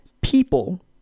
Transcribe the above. people